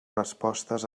respostes